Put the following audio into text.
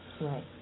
Right